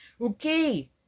Okay